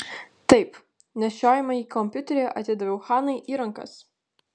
taip nešiojamąjį kompiuterį atidaviau hanai į rankas